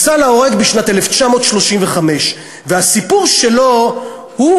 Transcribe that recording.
הוא הוצא להורג בשנת 1935. הסיפור שלו הוא